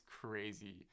crazy